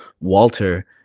Walter